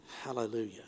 Hallelujah